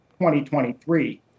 2023